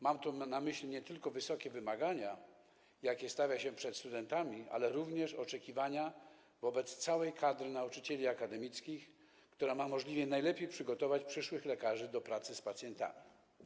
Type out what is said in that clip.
Mam tu na myśli nie tylko wysokie wymagania, jakie stawia się przed studentami, ale również oczekiwania wobec całej kadry nauczycieli akademickich, która ma możliwie najlepiej przygotować przyszłych lekarzy do pracy z pacjentami.